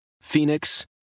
Phoenix